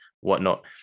whatnot